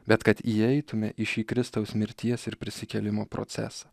bet kad įeitume į šį kristaus mirties ir prisikėlimo procesą